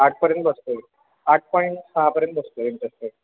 आठपर्यंत बसतो आठ पॉईंट सहापर्यंत बसतो इंटरेस्ट रेट